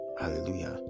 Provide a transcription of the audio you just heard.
hallelujah